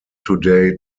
today